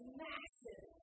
massive